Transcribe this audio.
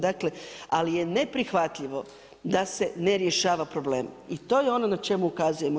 Dakle, ali je neprihvatljivo da se ne rješava problem i to je ono na čemu ukazujemo.